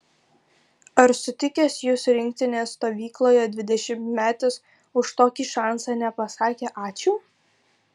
ar sutikęs jus rinktinės stovykloje dvidešimtmetis už tokį šansą nepasakė ačiū